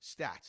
stats